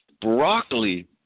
broccoli